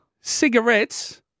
cigarettes